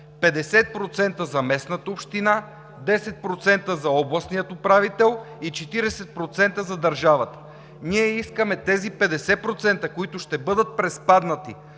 50% за местната община, 10% за областния управител и 40% за държавата, ние искаме тези 50%, които ще бъдат приспаднати